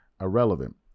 irrelevant